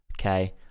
Okay